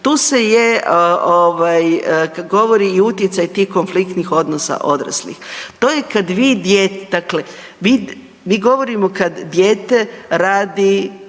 Tu se kada govori i utjecaj tih konfliktnih odnosa odraslih. To je kada vi dijete, dakle mi govorimo kada dijete radi